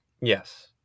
Yes